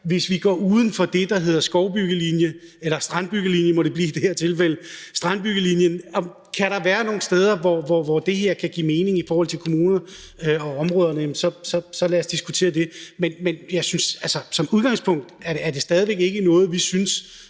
hvis vi går uden for det, der i det her tilfælde må hedde strandbyggelinjen. Kan der være nogle steder, hvor det her kan give mening i forhold til kommunerne og områderne, så lad os diskutere det. Som udgangspunkt er det stadig væk ikke noget, vi synes